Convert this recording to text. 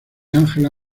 ángela